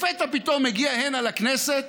לפתע פתאום מגיע הנה לכנסת